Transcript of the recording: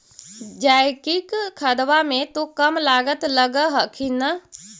जैकिक खदबा मे तो कम लागत लग हखिन न?